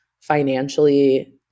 financially